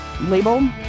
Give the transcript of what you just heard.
label